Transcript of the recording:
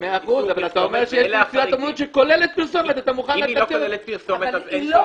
אם היא לא כוללת פרסומת, אין צורך